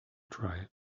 tribes